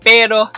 Pero